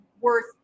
worth